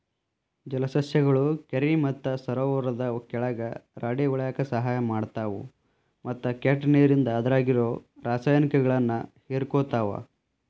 ಜಲಸಸ್ಯಗಳು ಕೆರಿ ಮತ್ತ ಸರೋವರದ ಕೆಳಗ ರಾಡಿ ಉಳ್ಯಾಕ ಸಹಾಯ ಮಾಡ್ತಾವು, ಮತ್ತ ಕೆಟ್ಟ ನೇರಿಂದ ಅದ್ರಾಗಿರೋ ರಾಸಾಯನಿಕಗಳನ್ನ ಹೇರಕೋತಾವ